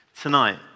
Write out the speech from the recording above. tonight